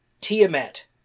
Tiamat